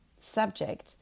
subject